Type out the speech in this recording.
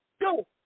Go